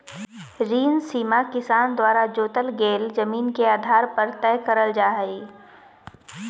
ऋण सीमा किसान द्वारा जोतल गेल जमीन के आधार पर तय करल जा हई